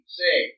say